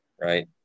right